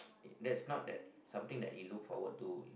that's not that something that he looked forward to